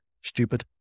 stupid